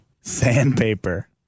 Sandpaper